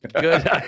Good